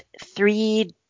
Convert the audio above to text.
three